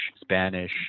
spanish